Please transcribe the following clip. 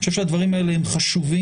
אני חושב שהדברים האלה הם חשובים